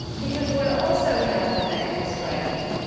because what also happened that you're describing,